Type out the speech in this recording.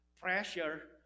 pressure